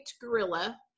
gorilla